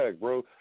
bro